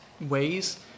ways